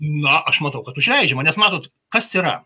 na aš matau kad užleidžiama nes matot kas yra